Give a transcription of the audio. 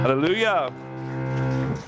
Hallelujah